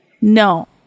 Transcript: No